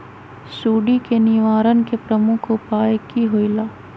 सुडी के निवारण के प्रमुख उपाय कि होइला?